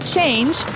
Change